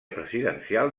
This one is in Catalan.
presidencial